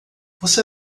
você